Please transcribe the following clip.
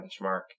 benchmark